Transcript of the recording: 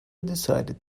decided